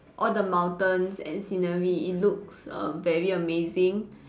all the mountains and scenery it looks err very amazing